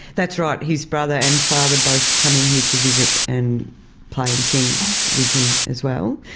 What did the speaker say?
that's right, his brother and father both come in here to visit and play and sing with him as well.